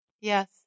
Yes